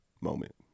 moment